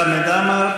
חבר הכנסת חמד עמאר,